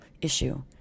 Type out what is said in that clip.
issue